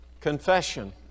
confession